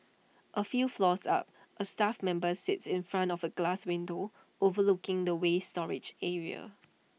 A few floors up A staff member sits in front of A glass window overlooking the waste storage area